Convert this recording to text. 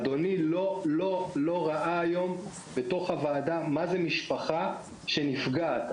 אדוני לא ראה היום בתוך הוועדה מה זה משפחה שנפגעת.